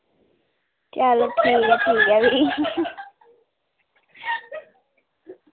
चलो ठीक ऐ ठीक भी